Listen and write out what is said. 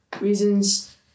reasons